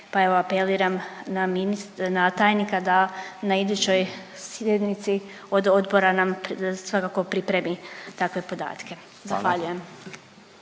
.../nerazumljivo/... tajnika da na idućoj sjednici od odbora nam svakako pripremi takve podatke. Zahvaljujem.